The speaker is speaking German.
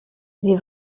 sie